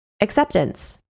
Acceptance